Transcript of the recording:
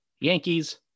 Yankees